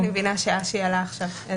אני מבינה שאשי עלה עכשיו ל-זום.